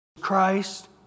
Christ